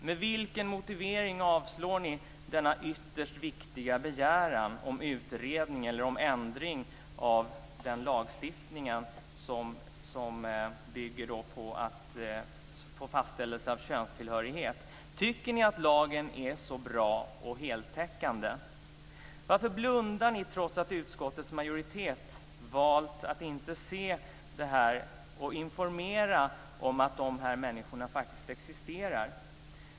Med vilken motivering avstyrker ni denna ytterst viktiga begäran om utredning eller om ändring av den lagstiftning som bygger på att få fastställelse av könstillhörighet? Tycker ni att lagen är så bra och heltäckande? Varför blundar ni, trots att utskottets majoritet valt att inte se detta och informera om att dessa människor faktiskt existerar?